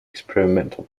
experimental